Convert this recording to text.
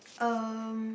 um